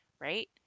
right